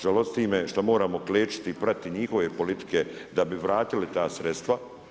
Žalost mi što moramo klečiti i pratiti njihove politike da bi vratili ta sredstva.